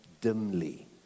dimly